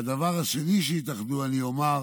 והדבר השני שהתאחדו, אני אומר,